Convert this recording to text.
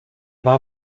war